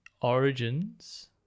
Origins